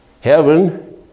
Heaven